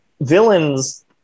villains